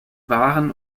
waren